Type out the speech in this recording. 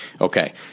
Okay